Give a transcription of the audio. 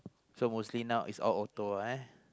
so mostly now is all auto ah